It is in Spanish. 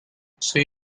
soy